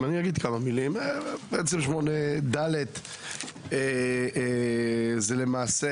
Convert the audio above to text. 8ד הוא למעשה